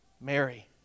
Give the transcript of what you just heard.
Mary